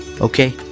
okay